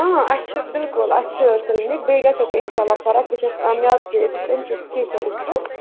اۭں اَسہِ چھِ بِلکُل اَسہِ چھِ کِلنِک بیٚیہِ گژھیو تُہۍ اِنشاء اللہ فرق بہٕ چھَس بہٕ چھَس أمۍ چی سِپیشَلِسٹ